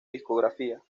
discografía